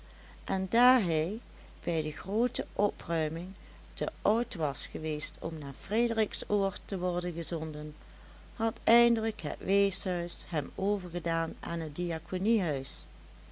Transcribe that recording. en daar hij bij de groote opruiming te oud was geweest om naar frederiksoord te worden gezonden had eindelijk het weeshuis hem overgedaan aan het diakoniehuis